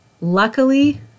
Luckily